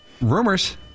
rumors